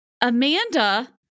Amanda